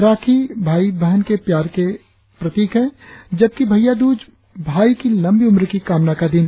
राखी भाई बहन के प्यार के का प्रतीक है जबकि भैया द्रज भई की लंबी उम्र की कामना का दिन